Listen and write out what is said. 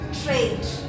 trade